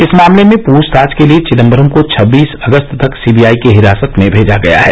इस मामले में पूछताछ के लिए चिदम्बरम को छब्बीस अगस्त तक सीबीआई की हिरासत में भेजा गया है